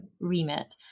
remit